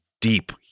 deep